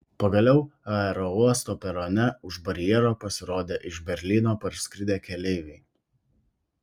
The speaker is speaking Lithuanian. pagaliau aerouosto perone už barjero pasirodė iš berlyno parskridę keleiviai